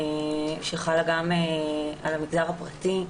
שחלה גם על המגזר הפרטי.